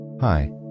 Hi